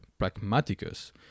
pragmaticus